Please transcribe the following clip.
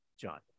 John